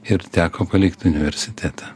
ir teko palikt universitetą